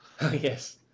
Yes